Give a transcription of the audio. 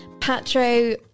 Patro